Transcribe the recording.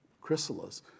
chrysalis